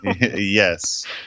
Yes